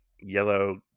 yellow